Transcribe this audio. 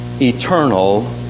eternal